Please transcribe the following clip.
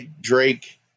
Drake